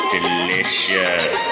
Delicious